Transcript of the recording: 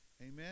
Amen